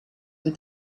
with